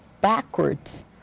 backwards